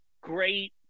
great